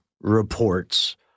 reports